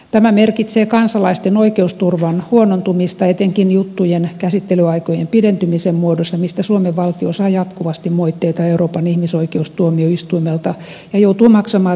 tämä merkitsee kansalaisten oikeusturvan huonontumista etenkin juttujen käsittelyaikojen pidentymisen muodossa mistä suomen valtio saa jatkuvasti moitteita euroopan ihmisoikeustuomioistuimelta ja joutuu maksamaan viivästyskorvauksia